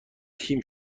تیم